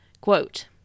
Quote